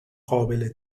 قابل